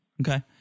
Okay